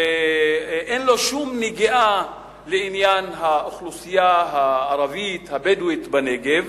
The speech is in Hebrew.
ואין לו שום נגיעה לעניין האוכלוסייה הערבית הבדואית בנגב,